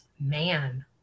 man